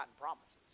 promises